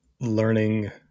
learning